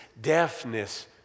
deafness